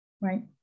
right